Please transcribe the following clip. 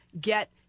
get